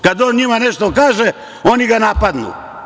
Kada on njima nešto kaže, oni ga napadnu.